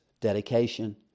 dedication